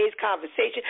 conversation